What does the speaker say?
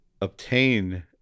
obtain